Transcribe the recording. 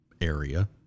area